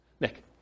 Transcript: Nick